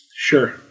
Sure